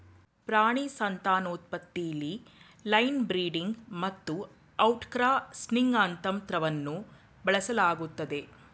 ಪ್ರಾಣಿ ಸಂತಾನೋತ್ಪತ್ತಿಲಿ line breeding ಮತ್ತುಔಟ್ಕ್ರಾಸಿಂಗ್ನಂತಂತ್ರವನ್ನುಬಳಸಲಾಗ್ತದೆ